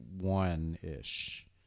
one-ish